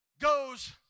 goes